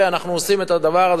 ואנחנו עושים את הדבר הזה,